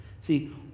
See